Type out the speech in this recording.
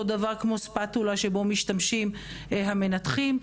דבר כמו ספדולה שבו משתמשים המנתחים.